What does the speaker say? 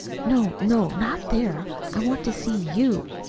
no, no not there! i want to see you,